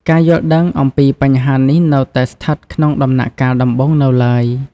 ការយល់ដឹងអំពីបញ្ហានេះនៅតែស្ថិតក្នុងដំណាក់កាលដំបូងនៅឡើយ។